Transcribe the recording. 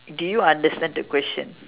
did you understand the question